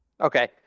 Okay